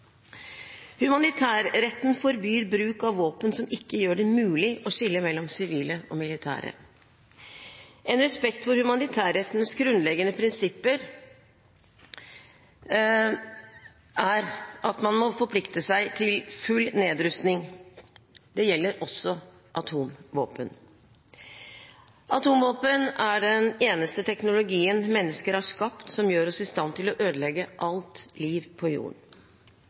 Humanitærretten forbyr bruk av våpen som ikke gjør det mulig å skille mellom sivile og militære. Å ha respekt for humanitærrettens grunnleggende prinsipper er at man må forplikte seg til full nedrustning, også når det gjelder atomvåpen. Atomvåpen er den eneste teknologien mennesker har skapt som gjør oss i stand til å ødelegge alt liv på jorden.